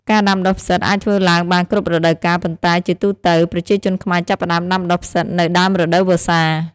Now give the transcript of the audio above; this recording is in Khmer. ការដាំដុះផ្សិតអាចធ្វើឡើងបានគ្រប់រដូវកាល ប៉ុន្តែជាទូទៅ ប្រជាជនខ្មែរចាប់ផ្ដើមដាំដុះផ្សិតនៅ ដើមរដូវវស្សា។